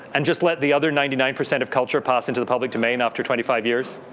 and just let the other ninety nine percent of culture pass into the public domain after twenty five years.